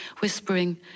whispering